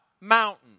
Mountain